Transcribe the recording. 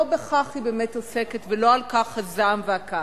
לא בכך היא באמת עוסקת ולא על כך הזעם והכעס.